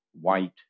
white